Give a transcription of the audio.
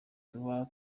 tuba